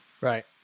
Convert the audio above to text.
Right